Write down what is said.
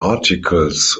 articles